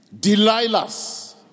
Delilah's